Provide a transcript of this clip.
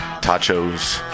tachos